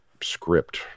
script